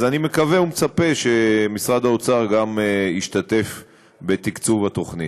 אז אני מקווה ומצפה שמשרד האוצר ישתתף גם הוא בתקצוב התוכנית.